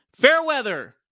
Fairweather